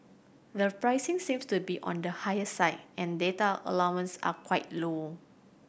the pricing seems to be on the higher side and data allowances are quite low